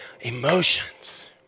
emotions